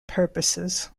purposes